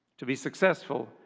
to be successful,